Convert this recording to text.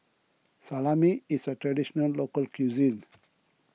Salami is a Traditional Local Cuisine